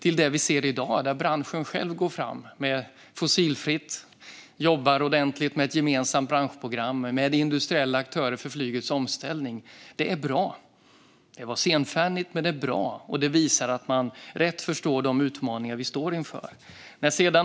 I dag ser vi att branschen själv går framåt med fossilfritt och jobbar ordentligt med ett branschgemensamt program och med industriella aktörer för flygets omställning. Det är bra, senfärdigt men bra, och det visar att man rätt förstår de utmaningar vi står inför.